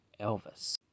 Elvis